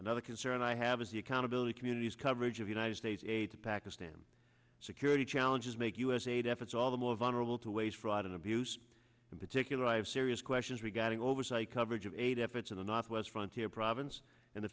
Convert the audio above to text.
another concern i have is the accountability community's coverage of united states aid to pakistan security challenges make u s aid efforts all the more vulnerable to waste fraud and abuse in particular i have serious questions regarding oversight coverage of aid efforts in the northwest frontier province and the